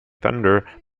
thunder